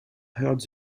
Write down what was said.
heard